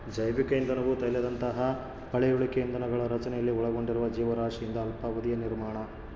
ಜೈವಿಕ ಇಂಧನವು ತೈಲದಂತಹ ಪಳೆಯುಳಿಕೆ ಇಂಧನಗಳ ರಚನೆಯಲ್ಲಿ ಒಳಗೊಂಡಿರುವ ಜೀವರಾಶಿಯಿಂದ ಅಲ್ಪಾವಧಿಯ ನಿರ್ಮಾಣ